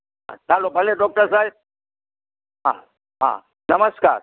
હા ચાલો ભલે ડોક્ટર સાહેબ હા હા નમસ્કાર